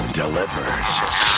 delivers